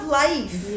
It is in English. life